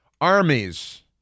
armies